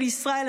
של ישראל,